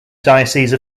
diocese